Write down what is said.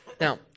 Now